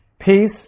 Peace